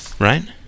Right